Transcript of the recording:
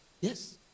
Yes